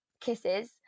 kisses